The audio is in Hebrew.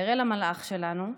אראל, המלאך שלנו,